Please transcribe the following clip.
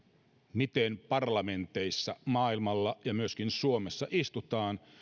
miten parlamenteissa maailmalla ja myöskin suomessa istutaan myöskään se